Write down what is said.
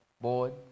board